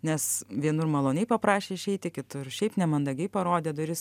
nes vienur maloniai paprašė išeiti kitur šiaip nemandagiai parodė duris